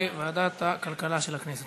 בוועדת הכלכלה של הכנסת.